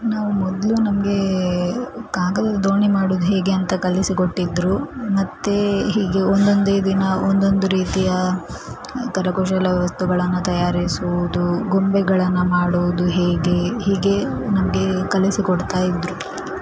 ನಾವು ಮೊದಲು ನಮಗೆ ಕಾಗದದ ದೋಣಿ ಮಾಡುವುದು ಹೇಗೆ ಅಂತ ಕಲಿಸಿಕೊಟ್ಟಿದ್ದರು ಮತ್ತೆ ಹೀಗೆ ಒಂದೊಂದೇ ದಿನ ಒಂದೊಂದು ರೀತಿಯ ಕರಕುಶಲ ವಸ್ತುಗಳನ್ನು ತಯಾರಿಸುವುದು ಗೊಂಬೆಗಳನ್ನು ಮಾಡುವುದು ಹೇಗೆ ಹೀಗೆ ನಮಗೆ ಕಲಿಸಿಕೊಡ್ತಾ ಇದ್ದರು